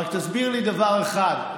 רק תסביר לי דבר אחד,